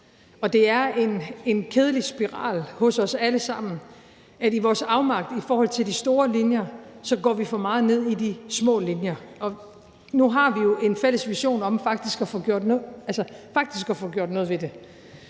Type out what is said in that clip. Det er en kedelig spiral hos os alle sammen, at vi i vores afmagt i forhold til de store linjer går for meget ned i de små linjer. Nu har vi jo en fælles vision om faktisk at få gjort noget ved det.